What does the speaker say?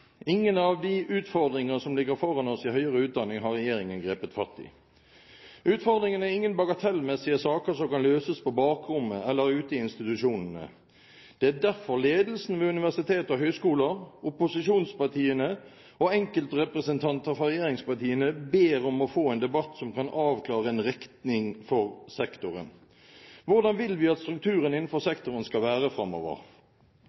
Ingen av de utfordringer som ligger foran oss innen høyere utdanning, har regjeringen grepet fatt i. Utfordringene er ingen bagatellmessige saker som kan løses på bakrommet eller ute i institusjonene. Det er derfor ledelsen ved universiteter og høyskoler, opposisjonspartiene og enkeltrepresentanter fra regjeringspartiene ber om å få en debatt som kan avklare en retning for sektoren. Hvordan vil vi at strukturen innenfor